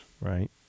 right